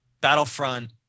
Battlefront